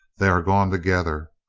they are gone together.